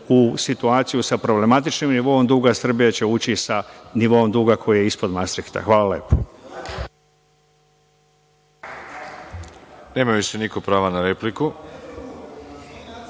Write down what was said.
u situaciju sa problematičnim nivoom duga, a Srbija će ući sa nivoom duga koji je ispod Mastrihta. Hvala